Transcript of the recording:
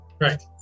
Right